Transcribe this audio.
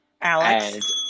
Alex